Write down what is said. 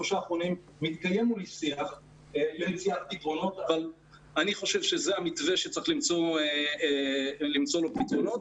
שלושה האחרונים --- אני חושב שזה המתווה שצריך למצוא לו פתרון.